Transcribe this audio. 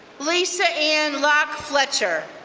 lisa anne lock fletcher,